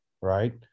right